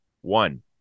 One